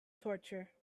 torture